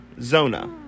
Zona